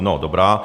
No dobrá.